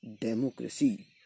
democracy